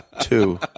Two